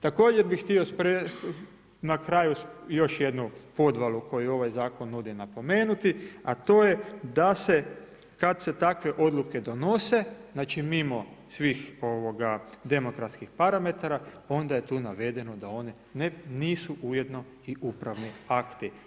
Također bih htio na kraju još jednu podvalu koju ovaj zakon nudi napomenuti, a to je da se kad se takve odluke donose, znači mimo svih demokratskih parametara onda je tu navedeno da one nisu ujedno i upravni akti.